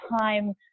time